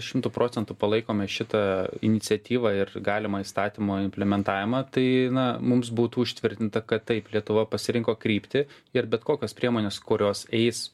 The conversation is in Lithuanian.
šimtu procentų palaikome šitą iniciatyvą ir galimą įstatymo implementavimą tai na mums būtų užtvirtinta kad taip lietuva pasirinko kryptį ir bet kokios priemonės kurios eis